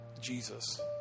Jesus